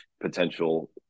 potential